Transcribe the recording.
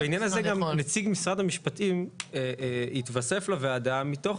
בעניין הזה גם נציג משרד המשפטים התווסף לוועדה מתוך